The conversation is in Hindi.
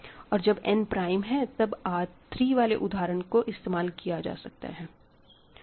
और जब n प्राइम है तब R 3 वाले उदाहरण को इस्तेमाल किया जा सकता है